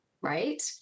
Right